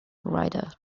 writer